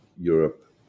Europe